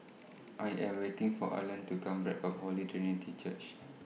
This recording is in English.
I Am waiting For Arlen to Come Back from Holy Trinity Church